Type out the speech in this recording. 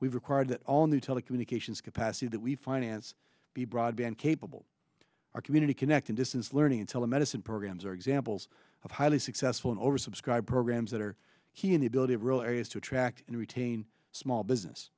we've required that all new telecommunications capacity that we finance be broadband capable our community connecting distance learning telemedicine programs are examples of highly successful and oversubscribed programs that are here in the ability of rural areas to attract and retain small business